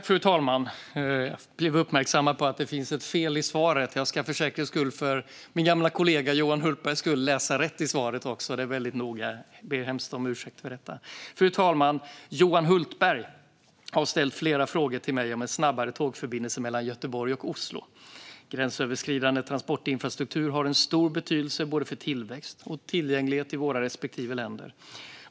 Fru talman! Jag blev uppmärksammad på att det finns ett fel i svaret. Låt mig därför försäkra min gamla kollega Johan Hultberg om att jag kommer att säga rätt namn. Jag ber hemskt mycket om ursäkt. Fru talman! Johan Hultberg har ställt flera frågor till mig om en snabbare tågförbindelse mellan Göteborg och Oslo. Gränsöverskridande transportinfrastruktur har en stor betydelse för både tillväxt och tillgänglighet i våra respektive länder.